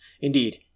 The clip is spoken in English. Indeed